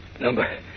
number